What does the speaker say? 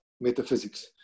metaphysics